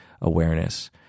awareness